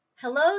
Hello